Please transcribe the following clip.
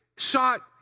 sought